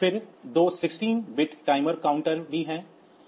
फिर दो 16 bit timer counter Timer counters भी हैं